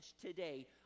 today